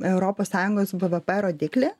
europos sąjungos bvp rodiklį